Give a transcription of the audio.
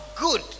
good